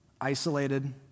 isolated